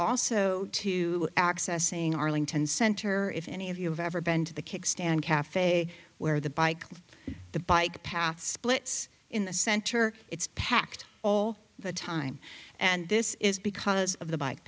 also to accessing arlington center if any of you have ever been to the kickstand cafe where the bike the bike path splits in the center it's packed all the time and this is because of the bike